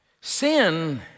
Sin